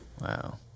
Wow